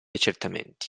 accertamenti